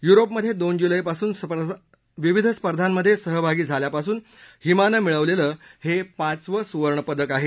युरोपमध्ये दोन जुलै पासून स्पर्धामध्ये सहभागी झाल्यापासून हिमान मिळवलेल हे पाचवं सुवर्णपदक आहे